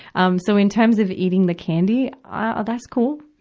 um so, in terms of eating the candy, ah that's cool.